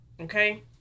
Okay